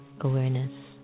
awareness